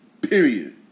Period